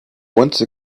once